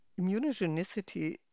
Immunogenicity